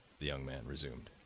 the young man resumed.